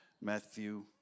Matthew